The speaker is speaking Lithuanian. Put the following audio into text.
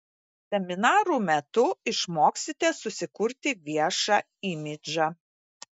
seminarų metu išmoksite susikurti viešą imidžą